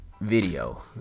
video